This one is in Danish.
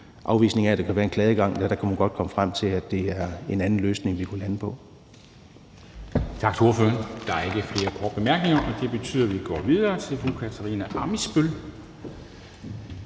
afvisning af, at der kan være en klageadgang, godt kunne komme frem til, at det er en anden løsning, vi kunne lande på. Kl. 11:23 Formanden (Henrik Dam Kristensen): Tak til ordføreren. Der er ikke flere korte bemærkninger, og det betyder, at vi går videre til fru Katarina Ammitzbøll,